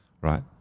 right